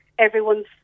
Everyone's